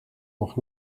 nog